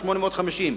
850,